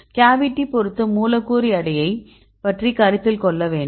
cavity பொறுத்து மூலக்கூறு எடையைப் பற்றி கருத்தில் கொள்ள வேண்டும்